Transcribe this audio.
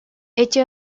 эти